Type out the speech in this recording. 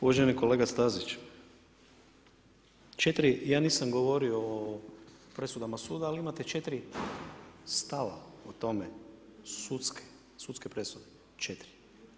Uvaženi kolega Stazić, ja nisam govorio o presudama suda ali imate četiri stava o tome, sudske presude, četiri.